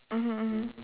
mmhmm mmhmm